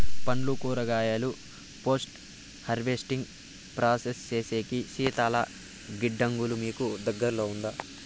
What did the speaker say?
పండ్లు కూరగాయలు post harvesting process సేసేకి శీతల గిడ్డంగులు మీకు దగ్గర్లో ఉందా?